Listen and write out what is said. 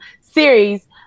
series